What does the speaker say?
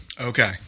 Okay